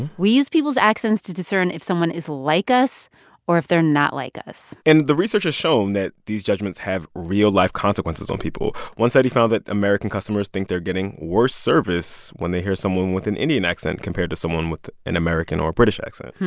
we use people's accents to discern if someone is like us or if they're not like us and the research has shown that these judgments have real-life consequences on people. one study found that american customers think they're getting worse service when they hear someone with an indian accent compared to someone with an american or british accent.